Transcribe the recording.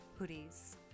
hoodies